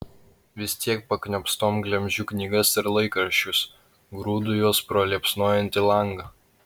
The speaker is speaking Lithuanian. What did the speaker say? vis tiek pakniopstom glemžiu knygas ir laikraščius grūdu juos pro liepsnojantį langą